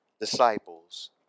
disciples